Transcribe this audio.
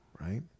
right